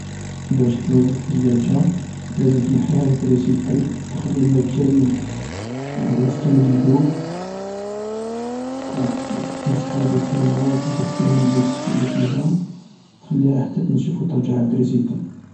باش تنظف ثلاجة لازم تنحيها من التريسيتي نخليها كامل لاغلاص كامل يذوب امبعد تمسح هذاك الماء و تمسح كامل الماء اللي فيها تخليها حتى تنشف و ترجعها لتريسيتي